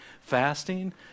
Fasting